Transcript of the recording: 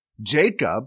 Jacob